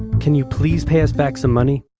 can you please pay us back some money?